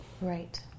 Right